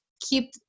keep